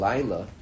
Lila